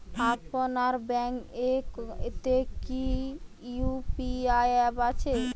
আপনার ব্যাঙ্ক এ তে কি ইউ.পি.আই অ্যাপ আছে?